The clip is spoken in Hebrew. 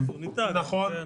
נכון.